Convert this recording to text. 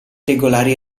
regolare